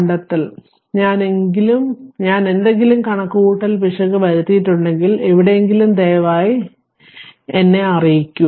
കണ്ടെത്തൽ ഞാൻ എന്തെങ്കിലും കണക്കുകൂട്ടൽ പിശക് വരുത്തിയിട്ടുണ്ടെങ്കിൽ അല്ലെങ്കിൽ എവിടെയെങ്കിലും ദയവായി എന്നെ അറിയിക്കൂ